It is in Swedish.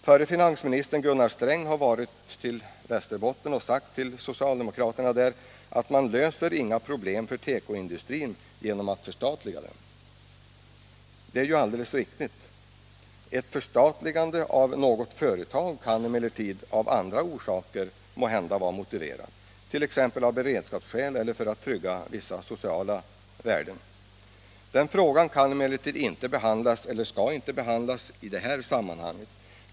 Förre finansministern Gunnar Sträng har varit i Västerbotten och sagt till socialdemokraterna där att man löser inga problem för tekoindustrin genom att förstatliga den. Det är ju alldeles riktigt. Ett förstatligande av något företag kan emellertid av andra orsaker måhända vara motiverat, t.ex. av beredskapsskäl eller för att trygga vissa sociala värden. Den frågan skall emellertid inte behandlas i detta sammanhang.